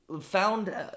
found